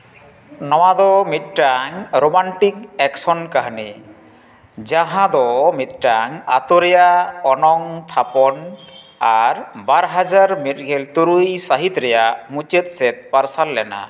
ᱱᱚᱣᱟ ᱫᱚ ᱢᱤᱫᱴᱟᱝ ᱨᱳᱢᱟᱱᱴᱤᱠ ᱮᱠᱥᱚᱱ ᱠᱟᱹᱦᱱᱤ ᱡᱟᱦᱟᱸ ᱫᱚ ᱢᱤᱫᱴᱟᱝ ᱟᱛᱳ ᱨᱮᱭᱟᱜ ᱚᱱᱚᱝ ᱛᱷᱟᱯᱚᱱ ᱟᱨ ᱵᱟᱨ ᱦᱟᱡᱟᱨ ᱢᱤᱫ ᱜᱮᱞ ᱛᱩᱨᱩᱭ ᱥᱟᱹᱦᱤᱛ ᱨᱮᱭᱟᱜ ᱢᱩᱪᱟᱹᱫ ᱥᱮᱫ ᱯᱟᱨᱥᱟᱞ ᱞᱮᱱᱟ